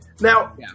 Now